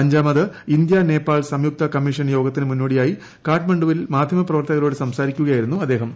അഞ്ചാമത് ഇന്ത്യ നേപ്പാൾ സംയുക്ത കമ്മീഷൻ യോഗത്തിന് മുന്നോടിയായി കാഠ്മണ്ഡുവിൽ മാധ്യമപ്രവർത്തകരോട് സംസാരിക്കുകയായിരുന്നു അദ്ദേഹം